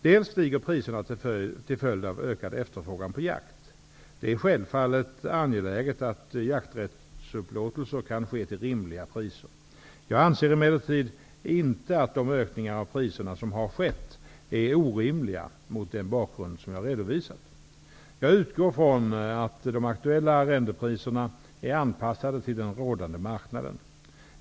Dels stiger priserna till följd av ökad efterfrågan på jakt. Det är självfallet angeläget att jakträttsupplåtelser kan ske till rimliga priser. Jag anser emellertid inte att de ökningar av priserna som har skett är orimliga mot den bakgrund jag redovisat. Jag utgår från att de aktuella arrendepriserna är anpassade till den rådande marknaden.